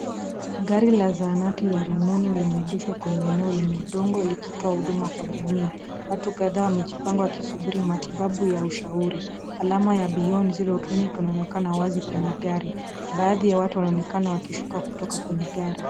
Gari ya zahanati ya rununu limeegeshwa kwenye eneo lenye udongo, likitoa huduma kwa jamii. Watu kadhaa wamejipanga wakisubiri matibabu ya ushauri. Alama ya beyond zero clinic inaonekana wazi kwenye gari. Baadhi ya watu wanaonekana wikishuka kutoka kwenye gari.